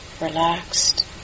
relaxed